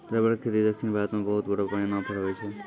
rubber के खेती दक्षिण भारत मॅ बहुत बड़ो पैमाना पर होय छै